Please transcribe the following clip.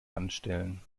anstellen